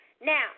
Now